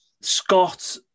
Scott